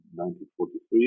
1943